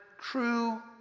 true